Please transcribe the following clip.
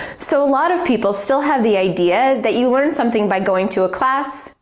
so, a lot of people still have the idea that you learn something by going to a class,